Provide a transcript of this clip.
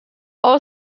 all